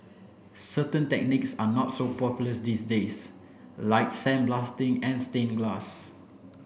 certain technics are not so popular these days like sandblasting and stain glass